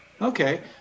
Okay